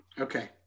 Okay